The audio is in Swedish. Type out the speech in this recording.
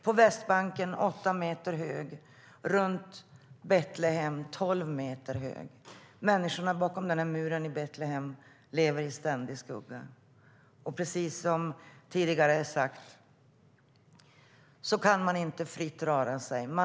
På Västbanken är den åtta meter hög och runt Betlehem tolv meter hög. Människorna bakom muren i Betlehem lever i ständig skugga. Precis som tidigare sagts kan palestinierna inte röra sig fritt.